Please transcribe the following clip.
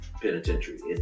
penitentiary